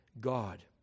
God